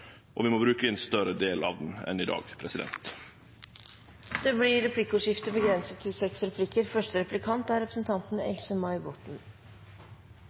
og vi må bruke ein større del av han enn i dag. Det blir replikkordskifte.